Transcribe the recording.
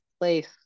place